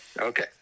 okay